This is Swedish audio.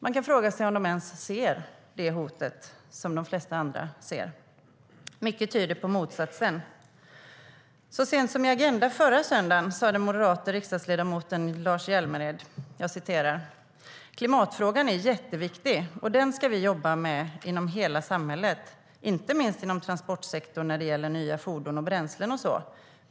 Man kan fråga sig om de ens ser det hot som de flesta andra ser. Mycket tyder på motsatsen. förra söndagen sa den moderate riksdagsledamoten Lars Hjälmered: Klimatfrågan är jätteviktig, och den ska vi jobba med inom hela samhället - inte minst inom transportsektorn när det gäller nya fordon och bränslen och så.